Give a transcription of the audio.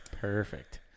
Perfect